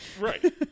Right